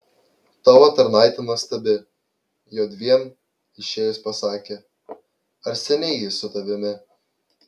tavo tarnaitė nuostabi jodviem išėjus pasakė ar seniai ji su tavimi